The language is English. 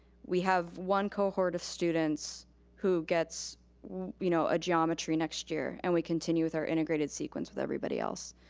we have one cohort of students who gets you know a geometry next year, and we continue with our integrated sequence with everybody else.